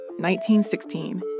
1916